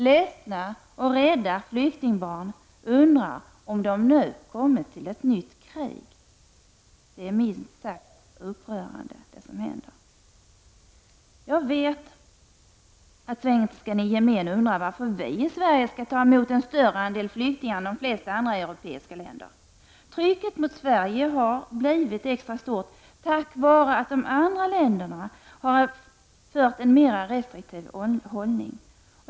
Ledsna och rädda flyktingbarn undrar om de nu kommit till ett nytt krig. Det som händer är minst sagt upprörande. Jag vet att svensken i gemen undrar varför vi i Sverige skall ta emot en större andel flyktingar än de flesta andra europeiska länder. Trycket på Sverige har blivit extra hårt på grund av de andra ländernas mera restriktiva hållning.